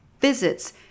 visits